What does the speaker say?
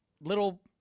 little